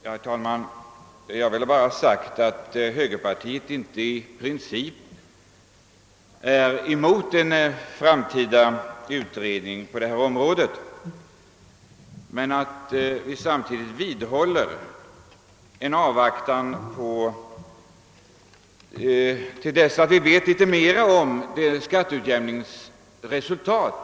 Herr talman! Jag ville bara ha sagt att högerpartiet inte i princip är emot en framtida utredning på detta område, men att vi samtidigt vidhåller att man skall avvakta till dess man vet litet mera om skatteutjämningens resultat.